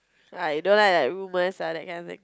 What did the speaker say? ah you don't like like rumours ah that kind of thing